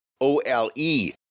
O-L-E